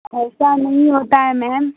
ایسا نہیں ہوتا ہے میم